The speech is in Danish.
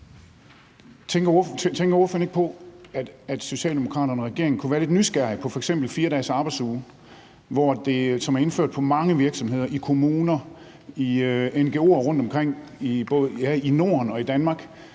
Tænker ordføreren ikke på, at Socialdemokraterne og regeringen kunne være lidt nysgerrige på f.eks. en 4-dagesarbejdsuge, som er indført på mange virksomheder, i kommuner og i ngo'er rundtomkring i Norden og i Danmark,